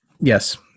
yes